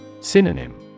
Synonym